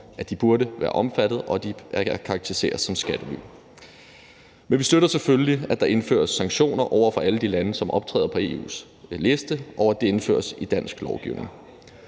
at de burde være omfattet og kan karakteriseres som skattely. Men vi støtter selvfølgelig, at der indføres sanktioner over for alle de lande, som optræder på EU's liste, og at det indføres i dansk lovgivning.